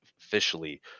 officially